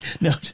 No